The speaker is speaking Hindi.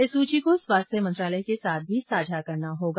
इस सूची को स्वास्थ्य मंत्रालय के साथ भी साझा करना होगा